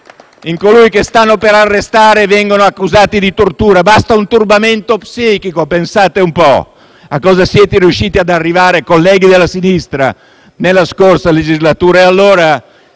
in colui che stanno per arrestare, vengono accusati addirittura di tortura: basta un turbamento psichico, pensate un po' a cosa siete riusciti ad arrivare, colleghi della sinistra, nella scorsa legislatura.